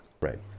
Right